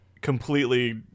completely